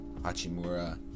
Hachimura